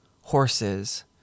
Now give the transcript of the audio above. horses